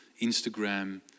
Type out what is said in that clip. Instagram